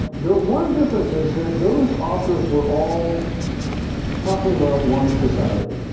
the one difference is that those authors were all talking about one society.